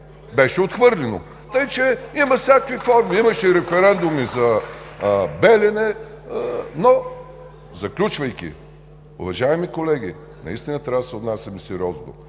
Беше отхвърлено. Така че има всякакви форми – имаше референдум и за „Белене“, но… Заключвайки, уважаеми колеги, наистина трябва да се отнасяме сериозно.